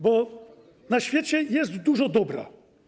Bo na świecie jest dużo dobra.